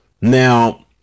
now